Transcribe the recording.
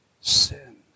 sin